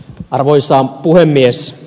arvoisa puhemies